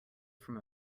from